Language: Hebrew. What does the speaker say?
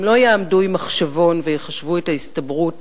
הם לא יעמדו עם מחשבון ויחשבו את ההסתברות